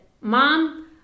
Mom